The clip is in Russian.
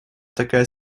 такая